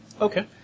Okay